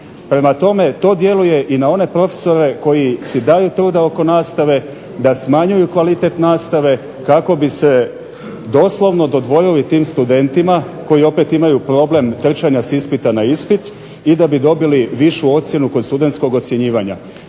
Prema tome, to djeluje i na one profesore koji si daju truda oko nastave da smanjuju kvalitet nastave kako bi se doslovno dodvorili tim studentima koji opet imaju problem trčanja s ispita na ispit i da bi dobili višu ocjenu kod studentskog ocjenjivanja.